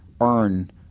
earn